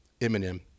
Eminem